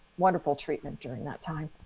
wonderful treatment during that time.